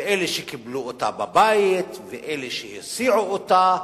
ואלה שקיבלו אותה בבית ואלה שהסיעו אותה,